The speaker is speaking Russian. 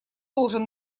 должен